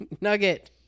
Nugget